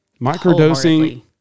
Microdosing